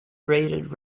rated